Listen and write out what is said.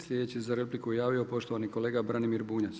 Sljedeći za repliku se javio poštovani kolega Branimir Bunjac.